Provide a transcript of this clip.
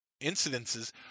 incidences